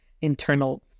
internal